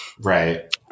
Right